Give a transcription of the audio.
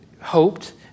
hoped